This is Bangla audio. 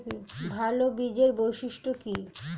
ভাল বীজের বৈশিষ্ট্য কী?